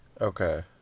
Okay